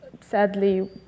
Sadly